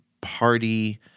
party